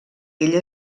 ell